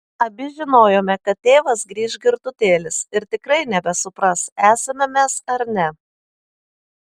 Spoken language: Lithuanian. abi žinojome kad tėvas grįš girtutėlis ir tikrai nebesupras esame mes ar ne